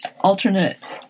alternate